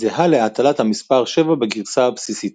- זהה להטלת המספר 7 בגרסה הבסיסית.